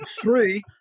three